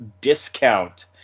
Discount